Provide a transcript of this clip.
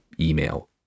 email